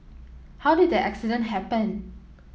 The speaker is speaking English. how did the accident happen